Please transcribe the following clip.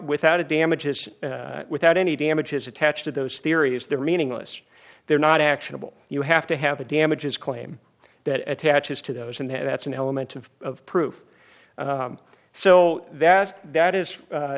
without a damages without any damages attached to those theories they're meaningless they're not actionable you have to have a damages claim that attaches to those and that's an element of of proof so that that is